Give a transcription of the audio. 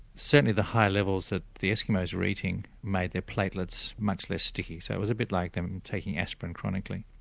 certainly the high levels that the eskimos were eating made their platelets much less sticky so it was a bit like them taking aspirin chronically.